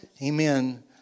Amen